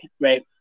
right